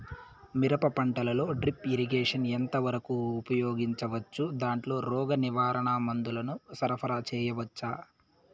మిరప పంటలో drip irrigation ఎంత వరకు ఉపయోగించవచ్చు, దాంట్లో రోగ నివారణ మందుల ను సరఫరా చేయవచ్చా?